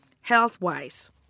health-wise